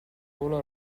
volo